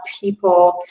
people